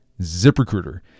ZipRecruiter